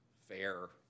fair